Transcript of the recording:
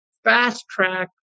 Fast-track